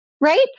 right